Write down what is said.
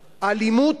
למה.